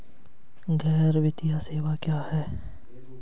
गैर वित्तीय सेवाएं क्या हैं?